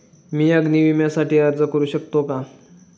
मी अग्नी विम्यासाठी अर्ज करू शकते का?